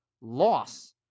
loss